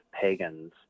pagans